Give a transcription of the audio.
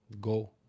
go